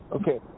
Okay